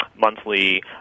monthly